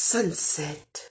Sunset